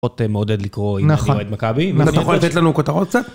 רותם מאוד אוהבת לקרוא אם אני אוהד מכבי ואם אני אוהד. אתה יכול לתת לנו כותרות עוד קצת?